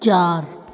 चारि